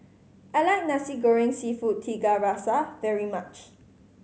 I like Nasi Goreng Seafood Tiga Rasa very much